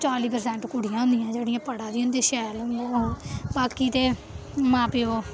चालीं प्रसैंट कुड़ियां होंदियां जेह्ड़ियां पढ़ा दियां होंदियां शैल ओह् बाकी ते मां प्योऽ